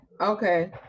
okay